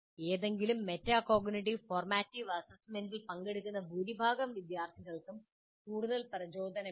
ഏതെങ്കിലും metacognitive formative അസസ്മെന്റിൽ പങ്കെടുക്കുന്ന ഭൂരിഭാഗം വിദ്യാർത്ഥികൾക്കും കൂടുതൽ പ്രചോദനം ഇല്ല